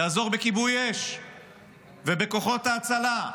יעזור בכיבוי אש ובכוחות ההצלה,